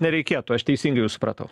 nereikėtų aš teisingai jus supratau